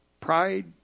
Pride